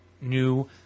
new